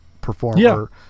performer